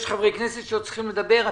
יש חברי כנסת שעוד צריכים לדבר.